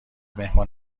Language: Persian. مهمان